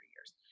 years